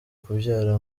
kubyara